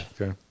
Okay